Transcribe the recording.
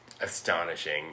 astonishing